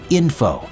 info